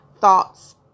thoughts